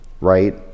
right